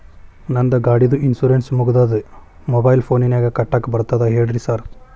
ನಂದ್ ಗಾಡಿದು ಇನ್ಶೂರೆನ್ಸ್ ಮುಗಿದದ ಮೊಬೈಲ್ ಫೋನಿನಾಗ್ ಕಟ್ಟಾಕ್ ಬರ್ತದ ಹೇಳ್ರಿ ಸಾರ್?